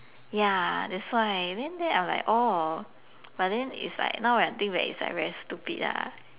ya that's why then then I'm like oh but then it's like now when I think back it's like very stupid lah